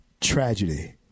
tragedy